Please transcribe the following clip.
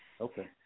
Okay